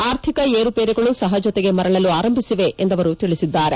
ಆರ್ಥಿಕ ಏರುಪೇರುಗಳು ಸಹಜತೆಗೆ ಮರಳಲು ಆರಂಭಿಸಿವೆ ಎಂದು ತಿಳಿಸಿದ್ದಾರೆ